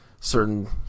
certain